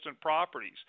properties